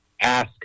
Ask